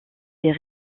des